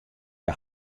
hja